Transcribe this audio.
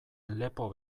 lepo